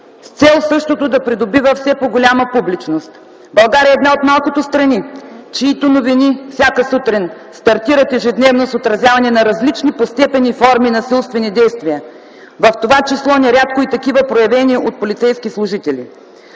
с цел същото да придобива все по-голяма публичност. България е една от малкото страни, чиито новини всяка сутрин стартират ежедневно с отразяване на различни по степен и форми насилствени действия, в това число нерядко и такива, проявени от полицейски служители.